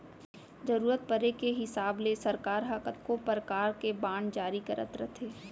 जरूरत परे के हिसाब ले सरकार ह कतको परकार के बांड जारी करत रथे